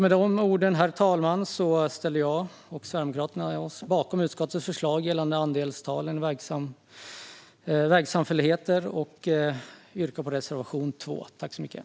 Med dessa ord, herr talman, ställer jag och Sverigedemokraterna oss bakom utskottets förslag gällande andelstalen i vägsamfälligheter och yrkar bifall till reservation 2.